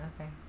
okay